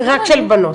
רק של בנות.